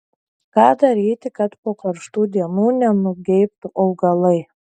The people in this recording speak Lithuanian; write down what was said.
ką daryti kad po karštų dienų nenugeibtų augalai